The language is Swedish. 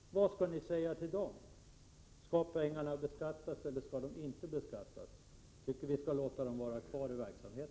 Vad skall ni säga till dem? Skall pengarna beskattas eller inte? Jag tycker att pengarna skall finnas kvar i systemet.